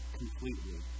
completely